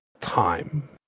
time